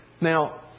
Now